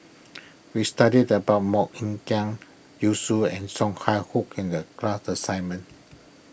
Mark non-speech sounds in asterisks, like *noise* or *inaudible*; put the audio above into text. we studied about Mok Ying Jang Yu *unintelligible* and Song *unintelligible* in the class assignment